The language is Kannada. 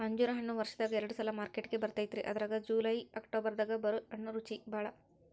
ಅಂಜೂರ ಹಣ್ಣು ವರ್ಷದಾಗ ಎರಡ ಸಲಾ ಮಾರ್ಕೆಟಿಗೆ ಬರ್ತೈತಿ ಅದ್ರಾಗ ಜುಲೈ ಅಕ್ಟೋಬರ್ ದಾಗ ಬರು ಹಣ್ಣು ರುಚಿಬಾಳ